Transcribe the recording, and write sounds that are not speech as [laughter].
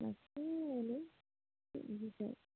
[unintelligible]